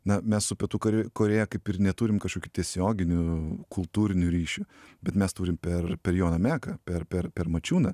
na mes su pietų korėja kaip ir neturim kažkokių tiesioginių kultūrinių ryšių bet mes turim per per joną meką per per per mačiūną